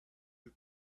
you